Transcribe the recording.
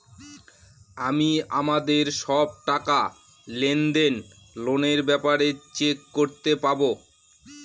আমি আমাদের সব টাকা, লেনদেন, লোনের ব্যাপারে চেক করতে পাবো